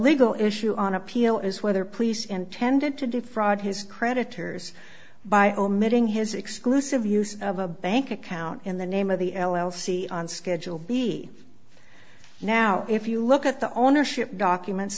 legal issue on appeal is whether police intended to defraud his creditors by omitting his exclusive use of a bank account in the name of the l l c on schedule b now if you look at the ownership documents